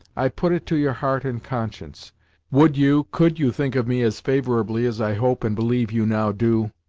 i put it to your heart and conscience would you, could you think of me as favorably, as i hope and believe you now do,